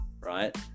Right